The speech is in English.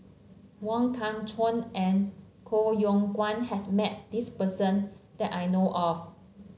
Wong Kah Chun and Koh Yong Guan has met this person that I know of